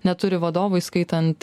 neturi vadovų įskaitant